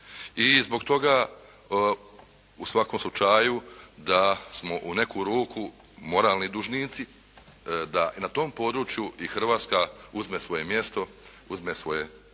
i zbog toga u svakom slučaju da smo u neku ruku moralni dužnici da i na tom području i Hrvatska uzme svoje mjesto, uzme svoje mjesto